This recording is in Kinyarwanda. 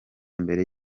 mbere